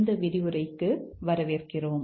இந்த விரிவுரைக்கு வரவேற்கிறோம்